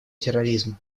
терроризма